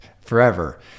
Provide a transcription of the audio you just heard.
Forever